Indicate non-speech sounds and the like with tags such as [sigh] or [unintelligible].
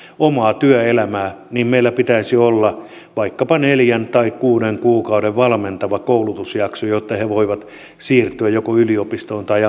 omaa työelämää meillä pitäisi olla vaikkapa neljän tai kuuden kuukauden valmentava koulutusjakso jotta he voivat siirtyä joko yliopistoon tai [unintelligible]